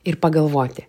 ir pagalvoti